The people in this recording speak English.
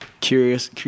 curious